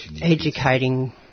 educating